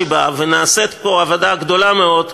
ונעשית פה עבודה גדולה מאוד,